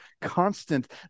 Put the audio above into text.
constant